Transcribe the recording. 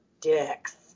dicks